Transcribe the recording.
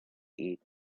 eat